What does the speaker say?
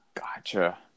Gotcha